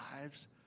lives